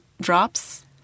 drops